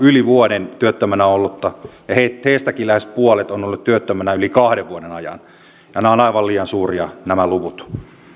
vuoden työttömänä ollutta ja heistäkin lähes puolet on ollut työttömänä yli kahden vuoden ajan nämä luvut ovat aivan liian suuria